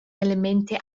elemente